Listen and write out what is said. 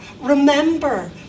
remember